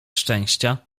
szczęścia